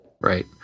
Right